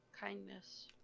kindness